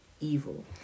evil